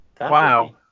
Wow